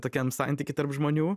tokiam santyky tarp žmonių